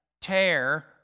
tear